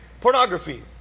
pornography